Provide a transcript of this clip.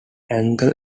angel